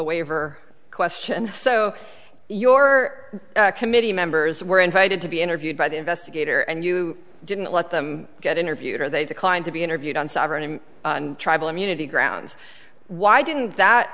waiver question so your committee members were invited to be interviewed by the investigator and you didn't let them get interviewed or they declined to be interviewed on sovereign and tribal immunity grounds why didn't that